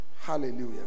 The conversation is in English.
Hallelujah